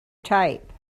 type